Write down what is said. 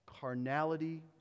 carnality